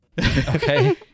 Okay